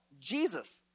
Jesus